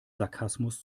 sarkasmus